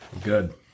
Good